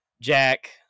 Jack